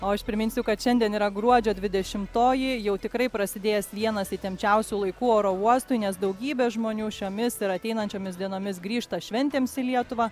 o aš priminsiu kad šiandien yra gruodžio dvidešimtoji jau tikrai prasidėjęs vienas įtempčiausių laikų oro uostui nes daugybė žmonių šiomis ir ateinančiomis dienomis grįžta šventėms į lietuvą